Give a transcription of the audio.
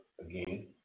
again